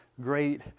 Great